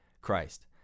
Christ